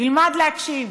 תלמד להקשיב.